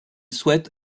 souhaite